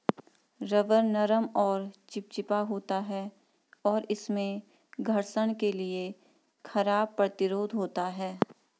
rubber नरम और चिपचिपा होता है, और इसमें घर्षण के लिए खराब प्रतिरोध होता है